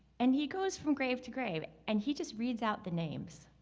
and he goes from grave to grave. and he just reads out the names.